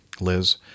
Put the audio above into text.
Liz